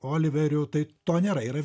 oliveriu tai to nėra yra